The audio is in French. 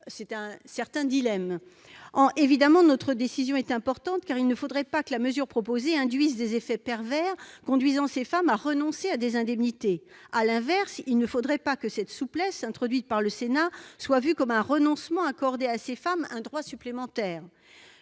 allons prendre est évidemment importante, car il ne faudrait pas que la mesure proposée induise des effets pervers et conduise ces femmes à renoncer à des indemnités. À l'inverse, il ne faudrait pas que la souplesse introduite par le Sénat soit perçue comme un renoncement à accorder à ces femmes un droit supplémentaire.